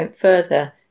further